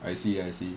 I see I see